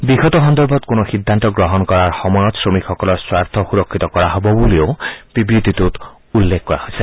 বিষয়টো সন্দৰ্ভত কোনো সিদ্ধান্ত গ্ৰহণ কৰা সময়ত শ্ৰমিকসকলৰ স্বাৰ্থ সুৰক্ষিত কৰা হব বুলিও বিবৃতিটোত উল্লেখ কৰা হৈছে